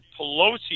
Pelosi